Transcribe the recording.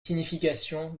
significations